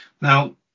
Now